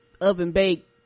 oven-baked